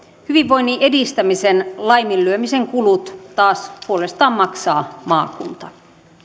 hyvinvoinnin edistämisen laiminlyömisen kulut taas puolestaan maksaa maakunta